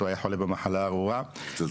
הוא היה חולה במחלה הארורה- - משתתפים בצערך.